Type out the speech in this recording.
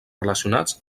relacionats